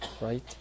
Right